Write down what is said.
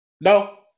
No